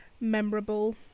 memorable